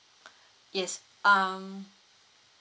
yes um